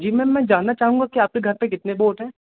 जी ma'am मैं जानना चाहूँगा कि आपके घर पर कितने बोड हैं